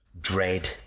dread